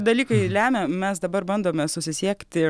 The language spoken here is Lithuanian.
dalykai lemia mes dabar bandome susisiekti